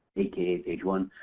aka page one,